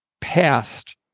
past